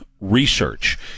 research